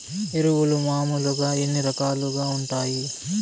ఎరువులు మామూలుగా ఎన్ని రకాలుగా వుంటాయి?